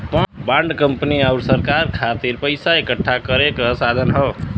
bond company आउर सरकार खातिर पइसा इकठ्ठा करे क साधन हौ